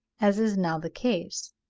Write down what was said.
as is now the case.